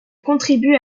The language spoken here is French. contribuent